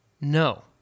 No